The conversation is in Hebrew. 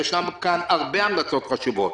וישנן כאן הרבה המלצות חשובות,